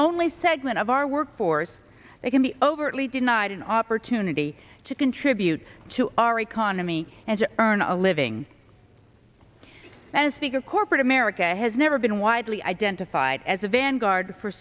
only segment of our workforce they can be overtly denied an opportunity to contribute to our economy and earn a living and speak of corporate america has never been widely identified as a vanguard for